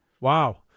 Wow